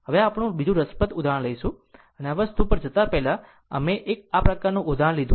હવે હવે આપણે બીજું રસપ્રદ ઉદાહરણ લઈશું અને આ વસ્તુ પર જતા પહેલા અમે આ પ્રકારનું ઉદાહરણ લઈ લીધું છે